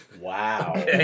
Wow